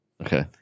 Okay